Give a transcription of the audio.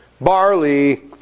barley